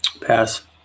Pass